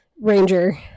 Ranger